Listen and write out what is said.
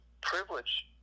privilege